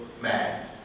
man